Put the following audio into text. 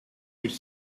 which